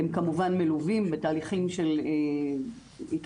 הם כמובן מלווים בתהליכים של התמודדות